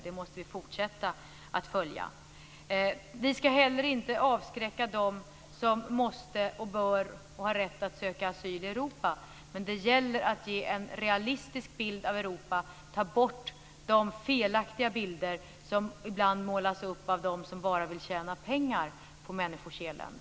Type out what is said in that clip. Vi måste fortsätta att följa detta. Vi ska inte heller avskräcka dem som måste, bör och har rätt att söka asyl i Europa. Men det gäller att ge en realistisk bild av Europa och ta bort de felaktiga bilder som ibland målas upp av dem som bara vill tjäna pengar på människors elände.